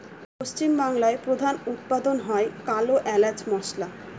পশ্চিম বাংলায় প্রধান উৎপাদন হয় কালো এলাচ মসলা